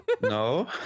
No